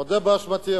מודה באשמתי.